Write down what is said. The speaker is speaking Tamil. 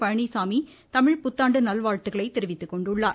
பழனிச்சாமி தமிழ் புத்தாண்டு நல்வாழ்த்துக்களை தெரிவித்துக்கொண்டுள்ளார்